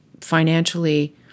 financially